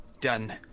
Done